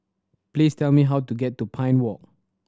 please tell me how to get to Pine Walk